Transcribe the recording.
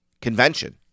convention